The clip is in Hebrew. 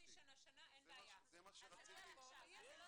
אריאל גנוט,